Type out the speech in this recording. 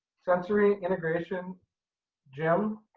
sensory integration gym,